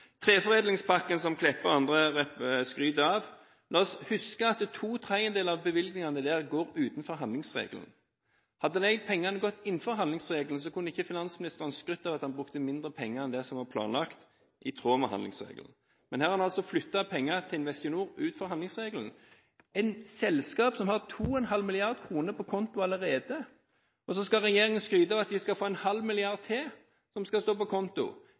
treforedlingspakken som representanten Meltveit Kleppa og andre skryter av: La oss huske at to tredjedeler av de bevilgningene er utenfor handlingsregelen. Hadde de pengene vært innenfor handlingsregelen, kunne ikke finansministeren skrytt av at han brukte mindre penger enn det som var planlagt i tråd med handlingsregelen. Men her har han altså flyttet penger til Investinor utenfor handlingsregelen – et selskap som har 2,5 mrd. kr på konto allerede, og så skal regjeringen skryte av at de skal få 0,5 mrd. kr til, som skal stå på konto.